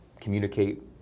communicate